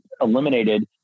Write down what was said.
eliminated